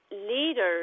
leaders